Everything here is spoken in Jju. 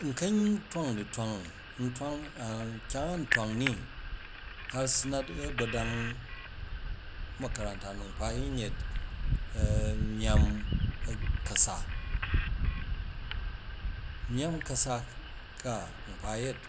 N kan twang dutswang n twang an kyang a n twang ni har su nat agbadang makaranta nu nkpa yin yet myamm kasa myamm, kara nkpa yet,